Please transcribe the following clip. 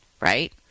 right